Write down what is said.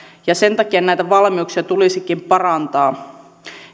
ja sen takia näitä valmiuksia tulisikin parantaa